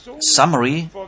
summary